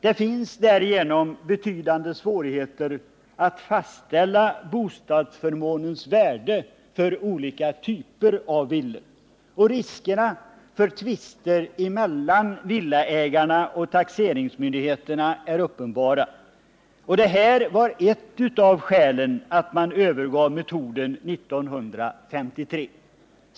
Det föreligger därigenom betydande svårigheter att fastställa bostadsförmånens värde för olika typer av villor. Risken för tvister mellan villaägarna och taxeringsmyndigheterna är uppenbar. Det här var ett av skälen till att man övergav metoden 1953.